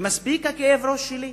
מספיק הכאב ראש שלי,